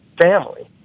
family